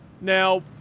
Now